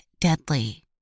Deadly